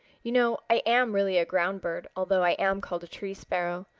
you know i am really a ground bird although i am called a tree sparrow.